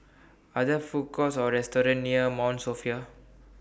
Are There Food Courts Or restaurants near Mount Sophia